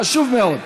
חשוב מאוד.